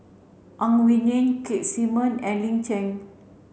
Ang Wei Neng Keith Simmon and Lin Chen